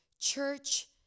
church